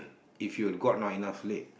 if you got not enough sleep